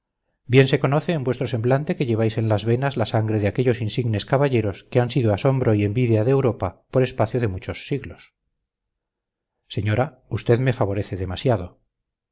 bien se conoce en vuestro semblante que lleváis en las venas la sangre de aquellos insignes caballeros que han sido asombro y envidia de europa por espacio de muchos siglos señora usted me favorece demasiado